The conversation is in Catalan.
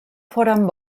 foren